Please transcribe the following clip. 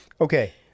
Okay